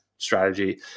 strategy